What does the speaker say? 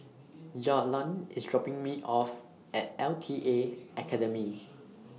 Jalon IS dropping Me off At L T A Academy